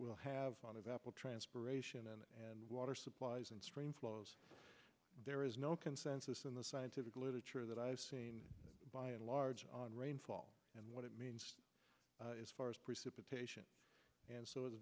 will have a lot of apple transpiration and water supplies and stream flows there is no consensus in the scientific literature that i've seen by and large on rainfall and what it means as far as precipitation and so it's